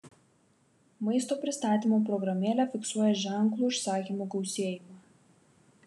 maisto pristatymo programėlė fiksuoja ženklų užsakymų gausėjimą